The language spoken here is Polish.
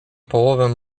połowę